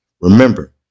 Remember